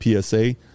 PSA